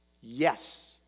yes